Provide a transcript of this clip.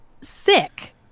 sick